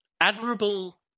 admirable